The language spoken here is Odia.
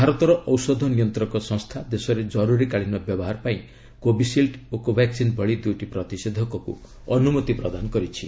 ଭାରତର ଔଷଧ ନିୟନ୍ତ୍ରକ ସଂସ୍ଥା ଦେଶରେ ଜରୁରୀକାଳୀନ ବ୍ୟବହାର ପାଇଁ କୋବିସିଲ୍ଡ୍ ଓ କୋବାକ୍କିନ୍ ଭଳି ଦୁଇଟି ପ୍ରତିଷେଧକକୁ ଅନୁମତି ପ୍ରଦାନ କରିଛି